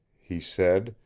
he said,